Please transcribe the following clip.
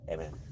Amen